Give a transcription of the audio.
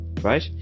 right